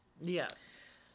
yes